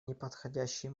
неподходящий